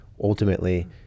ultimately